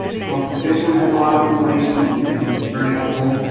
and co op extension has a lot of information and is very helpful,